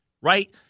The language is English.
right